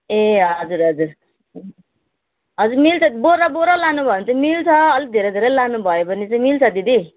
ए हजुर हजुर हजुर मिल्छ बोरा बोरा लानुभयो भने चाहिँ मिल्छ अलिक धेरै धेरै लानुभयो भने चाहिँ मिल्छ दिदी